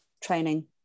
training